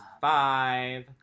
five